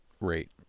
rate